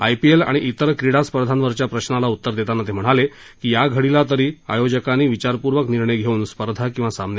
IPL आणि इतर क्रीडा स्पर्धावरच्या प्रश्नाला उतर देताना ते म्हणाले की या घडीला तरी आयोजकांनी विचारपूर्वक निर्णय घेऊन स्पर्धा किंवा सामने शाळावेत